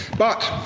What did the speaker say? but,